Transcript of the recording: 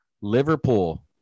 Liverpool